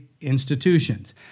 institutions